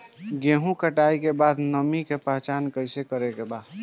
गेहूं कटाई के बाद नमी के पहचान कैसे करेके बा?